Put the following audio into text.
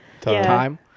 time